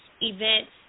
events